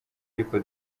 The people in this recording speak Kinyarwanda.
ariko